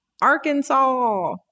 Arkansas